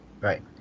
Right